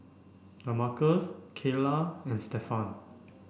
Damarcus Kaela and Stephan